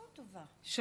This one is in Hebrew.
בבקשה.